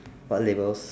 what labels